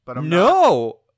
No